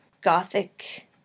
gothic